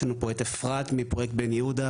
יש לנו את אפשר מפרויקט "בן יהודה",